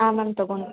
ಹಾಂ ಮ್ಯಾಮ್ ತೊಗೊಂಡು